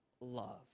love